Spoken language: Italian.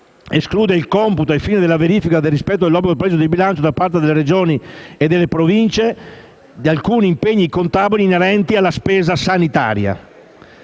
esclude il computo, ai fini della verifica del rispetto dell'obbligo del pareggio di bilancio da parte delle Regioni o delle Province autonome, di alcuni impegni contabili inerenti alla spesa sanitaria.